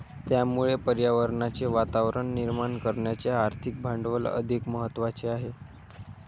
त्यामुळे पर्यावरणाचे वातावरण निर्माण करण्याचे आर्थिक भांडवल अधिक महत्त्वाचे आहे